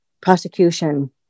prosecution